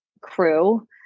crew